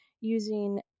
using